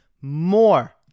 more